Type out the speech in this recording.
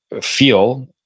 feel